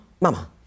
Mama